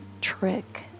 trick